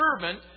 servant